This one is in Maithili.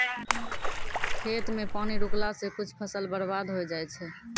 खेत मे पानी रुकला से कुछ फसल बर्बाद होय जाय छै